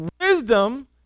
wisdom